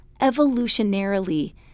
evolutionarily